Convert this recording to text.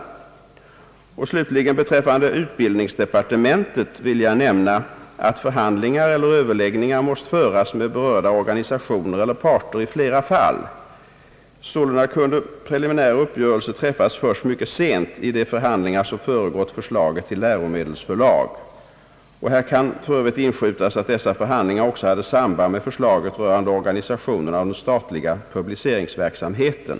Beträffande de propositioner som utgått från utbildningsdepartementet kan jag slutligen nämna att förhandlingar eller överläggningar måste föras med berörda organisationer eller parter i flera fall. Sålunda kunde preliminär uppgörelse träffas först mycket sent i de förhandlingar som föregått förslaget till läromedelsförslag. Här kan för övrigt inskjutas att dessa förhandlingar också hade samband med förslaget rörande organisationen av den statliga publiceringsverksamheten.